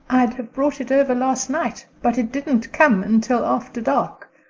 i'd have brought it over last night, but it didn't come until after dark,